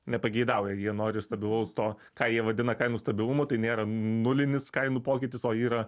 nepageidauja jie nori stabilaus to ką jie vadina kainų stabilumu tai nėra nulinis kainų pokytis o yra